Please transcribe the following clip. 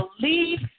believe